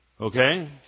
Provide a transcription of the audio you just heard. Okay